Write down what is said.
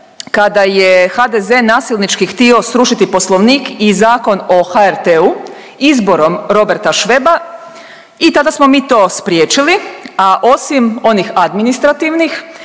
kada je HDZ nasilnički htio srušiti Poslovnik i Zakon o HRT-u izborom Roberta Šveba i tada smo mi to spriječili, a osim onih administrativnih